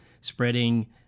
spreading